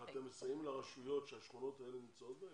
אבל אתם מסייעים לרשויות שהשכונות האלה נמצאות בהן,